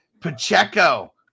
Pacheco